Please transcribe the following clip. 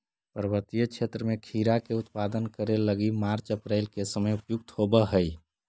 पर्वतीय क्षेत्र में खीरा के उत्पादन करे लगी मार्च अप्रैल के समय उपयुक्त होवऽ हई